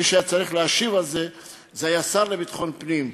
מי שהיה צריך להשיב זה השר לביטחון פנים.